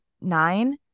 nine